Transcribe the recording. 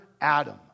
Adam